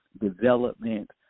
development